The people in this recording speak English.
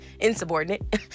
insubordinate